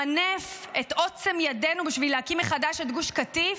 למנף את עוצם ידינו בשביל להקים מחדש את גוש קטיף?